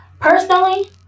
personally